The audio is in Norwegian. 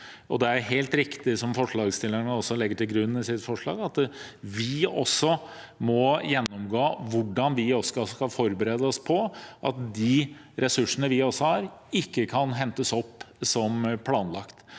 sitt forslag, at vi også må gjennomgå hvordan vi skal forberede oss på at de ressursene vi har, ikke kan hentes opp som planlagt.